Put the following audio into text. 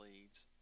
leads